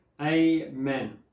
Amen